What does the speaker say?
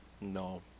No